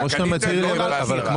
כמו שאתה מתיר את העלות.